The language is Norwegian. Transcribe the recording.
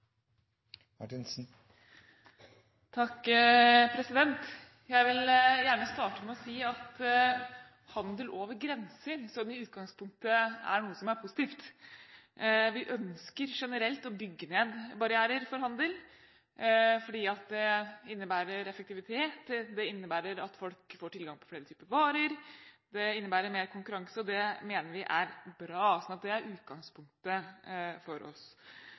noe som er positivt. Vi ønsker generelt å bygge ned barrierer for handel fordi det innebærer effektivitet, det innebærer at folk får tilgang på flere typer varer, det innebærer mer konkurranse, og det mener vi er bra. Så det er utgangspunktet for oss.